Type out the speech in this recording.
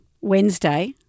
Wednesday